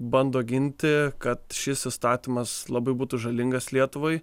bando ginti kad šis įstatymas labai būtų žalingas lietuvai